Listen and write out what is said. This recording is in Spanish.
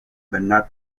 bernard